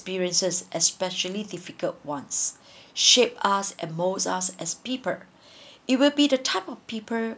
experiences especially difficult ones shape us and mode us as people it will be the type of people